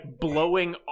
blowing